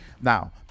now